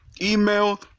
email